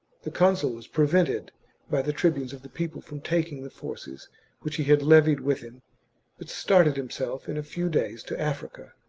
the consul was prevented by the tribunes of the people from taking the forces which he had levied with him, but started himself in a few days to africa,